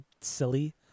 silly